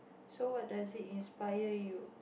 so what does he inspire you